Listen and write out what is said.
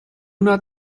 not